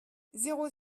zéro